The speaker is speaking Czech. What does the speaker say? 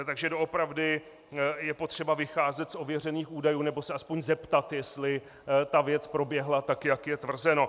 Takže doopravdy je potřeba vycházet z ověřených údajů, nebo se aspoň zeptat, jestli ta věc proběhla tak, jak je tvrzeno.